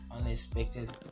unexpected